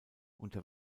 unter